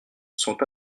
sont